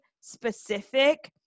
specific